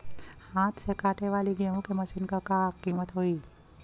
हाथ से कांटेवाली गेहूँ के मशीन क का कीमत होई?